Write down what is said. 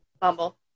Bumble